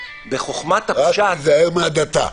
בחוכמת הפשט --- רק תיזהר מהדתה.